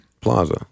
Plaza